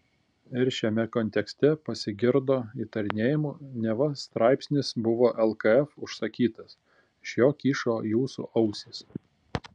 ir šiame kontekste pasigirdo įtarinėjimų neva straipsnis buvo lkf užsakytas iš jo kyšo jūsų ausys